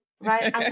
right